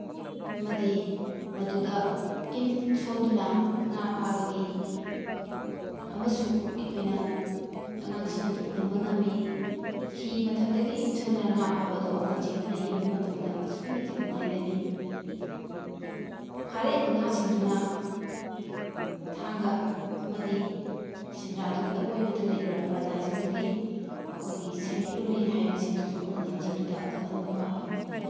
ꯑꯃꯗꯤ ꯃꯗꯨꯗ ꯏꯟ ꯁꯣꯟꯗꯨꯅ ꯉꯥ ꯐꯥꯕꯒꯤ ꯑꯃꯁꯨ ꯑꯩꯈꯣꯏꯅ ꯑꯉꯥꯡꯁꯤꯡꯗꯨꯗ ꯎꯍꯟꯕ ꯉꯝꯃꯤ ꯐꯤ ꯃꯊꯛꯇꯒꯤ ꯏꯟ ꯁꯣꯟꯗꯨꯅ ꯉꯥ ꯐꯥꯕꯗꯣ ꯑꯉꯥꯡꯁꯤꯡꯗꯨꯅ ꯌꯦꯡꯕ ꯃꯇꯝꯗ ꯑꯁꯨꯛꯀꯤ ꯃꯇꯤꯛ ꯅꯨꯡꯉꯥꯏꯒꯅꯤ ꯐꯥꯔꯛꯏꯕ ꯉꯥꯁꯤꯡꯗꯨꯅ ꯊꯥꯡꯒ ꯑꯃꯗꯤ ꯁꯦꯟꯗ꯭ꯔꯥꯗꯨꯒꯤ ꯑꯀꯣꯏꯕꯗ ꯂꯩꯕ ꯄ꯭ꯔꯖꯥꯁꯤꯡꯗꯨꯒꯤ ꯃꯈꯣꯏꯒꯤ ꯁꯦꯟꯃꯤꯠꯂꯣꯟꯅꯤ ꯍꯥꯏꯕꯁꯤꯡꯗꯨꯁꯨ ꯑꯉꯥꯡꯁꯤꯡꯗꯨꯗ ꯈꯪꯍꯟꯕ ꯄꯥꯝꯃꯤ